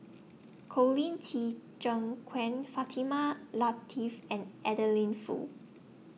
Colin Qi Zhe Quan Fatimah Lateef and Adeline Foo